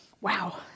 Wow